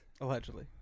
allegedly